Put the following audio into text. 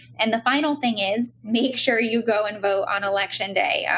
and the final thing is make sure you go and vote on election day.